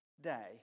day